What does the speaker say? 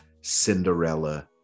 cinderella